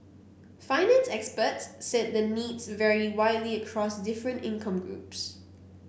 finance experts said the needs vary widely across different income groups